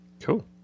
Cool